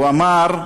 הוא אמר: